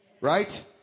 right